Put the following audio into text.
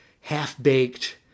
half-baked